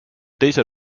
teisel